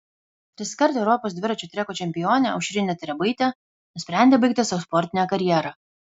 triskart europos dviračių treko čempionė aušrinė trebaitė nusprendė baigti savo sportinę karjerą